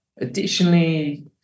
additionally